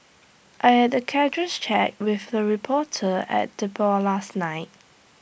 I had A casual chat with A reporter at the bar last night